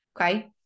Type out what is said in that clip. okay